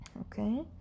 okay